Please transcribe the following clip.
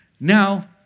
Now